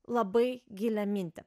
labai gilią mintį